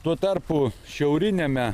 tuo tarpu šiauriniame